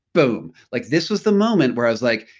boom! like this was the moment where i was like,